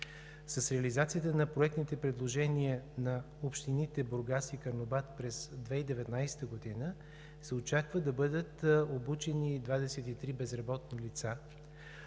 С реализацията на проектните предложения на общините Бургас и Карнобат през 2019 г. се очаква да бъдат обучени 23 безработни лица.